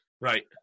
Right